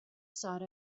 sought